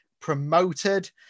promoted